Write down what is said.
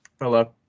Hello